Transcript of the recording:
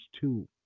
two